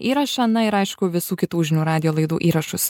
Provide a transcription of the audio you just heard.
įrašą na ir aišku visų kitų žinių radijo laidų įrašus